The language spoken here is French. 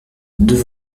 deux